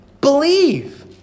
Believe